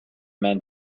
men